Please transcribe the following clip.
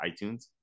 itunes